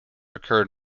occurred